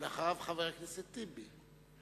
ואחריו, חבר הכנסת טיבי.